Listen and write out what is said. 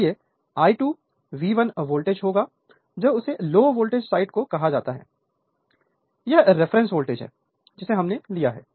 इसलिए I2 V1 voltage होगा जो उस लो वोल्टेज साइड को कहा जाता है यह रिफरेंस वोल्टेज है जिसे हमने लिया है